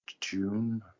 June